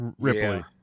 Ripley